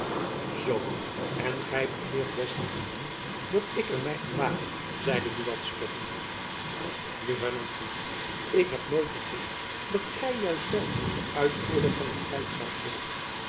zoo en gy begeert des niet te min dat ik er my aan wage zeide buat spottende nu hernam kievit ik heb nooit begeerd dat gy juist zelf de uitvoerder van het feit zoudt wezen